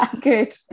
Good